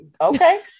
Okay